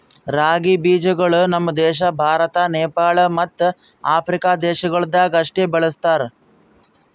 ರಾಗಿ ಬೀಜಗೊಳ್ ನಮ್ ದೇಶ ಭಾರತ, ನೇಪಾಳ ಮತ್ತ ಆಫ್ರಿಕಾ ದೇಶಗೊಳ್ದಾಗ್ ಅಷ್ಟೆ ಬೆಳುಸ್ತಾರ್